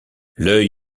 l’œil